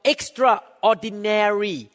Extraordinary